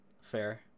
fair